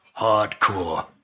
Hardcore